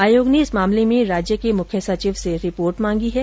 आयोग ने इस मामले में राज्य के मुख्य सचिव से रिपोर्ट मांगी है